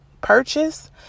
purchase